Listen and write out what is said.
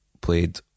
played